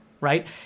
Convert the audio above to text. right